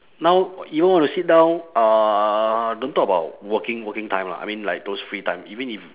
now even want to sit down uh don't talk about working working time lah I mean like those free time even if